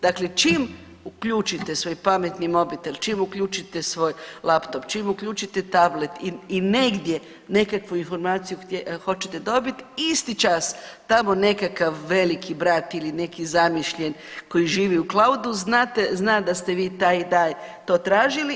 Dakle, čim uključite svoj pametni mobitel, čim uključite svoj laptop, čim uključite tablet i negdje nekakvu informaciju hoćete dobiti isti čas tamo nekakav veliki brat ili neki zamišljen koji živi u claudu zna da ste vi taj dan to tražili.